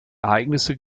ereignisse